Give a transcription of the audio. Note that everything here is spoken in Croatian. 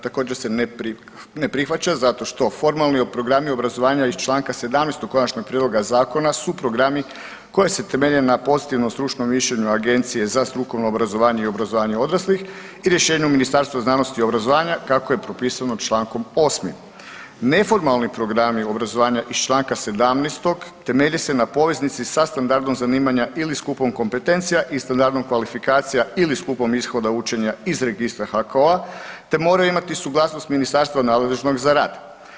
Također se ne prihvaća zato što formalni programi obrazovanja iz Članka 17. konačnog prijedloga zakona su programi koji se temelje na pozitivnom stručnom mišljenju Agencije za strukovno obrazovanje i obrazovanje odraslih i rješenju Ministarstva znanosti i obrazovanja kako je propisano Člankom 8. Neformalni programi obrazovanja iz Članka 17. temelje se na poveznici sa standardom zanimanja ili skupom kompetencija i standardom kvalifikacija ili skupom ishoda učenja iz registra HKO-a te moraju imati suglasnost Ministarstva nadležnog za rad.